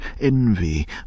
envy